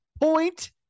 point